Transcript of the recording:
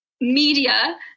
media